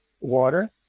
water